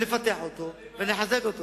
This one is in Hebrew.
נפתח אותו ונחזק אותו.